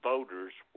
voters